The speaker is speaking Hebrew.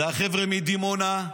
זה החבר'ה מדימונה,